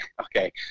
okay